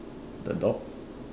the dog